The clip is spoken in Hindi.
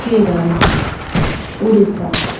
केरल उड़ीसा